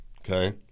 okay